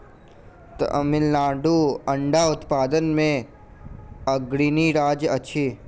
तमिलनाडु अंडा उत्पादन मे अग्रणी राज्य अछि